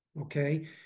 okay